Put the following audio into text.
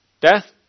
Death